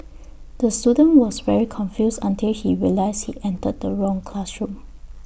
the student was very confused until he realised he entered the wrong classroom